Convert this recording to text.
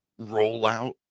rollout